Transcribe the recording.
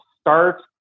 start